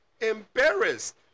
embarrassed